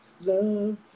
love